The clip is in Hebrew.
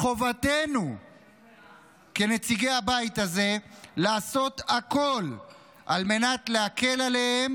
מחובתנו כנציגי הבית הזה לעשות הכול על מנת להקל עליהם